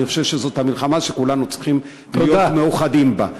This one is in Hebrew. אני חושב שזו המלחמה שכולנו צריכים להיות מאוחדים בה.